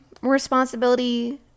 responsibility